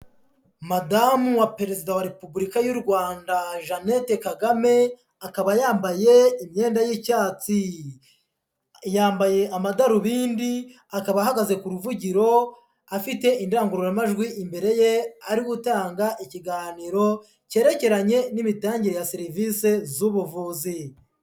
Madamu wa perezida wa repubulika y'u Rwanda Jeannette KAGAME, akaba yambaye imyenda y'icyatsi, yambaye amadarubindi, akaba ahagaze ku ruvugiro afite indangururamajwi imbere ye, ari gutanga ikiganiro cyerekeranye n'imitangire ya serivisi z'ubuvuzi.